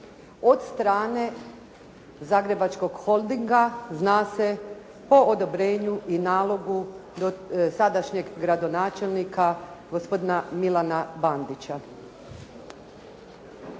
od strane Zagrebačkog holdinga zna se po odobrenju i nalogu sadašnjeg gradonačelnika gospodina Milana Bandića?